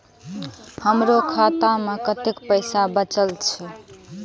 हमरो खाता में कतेक पैसा बचल छे?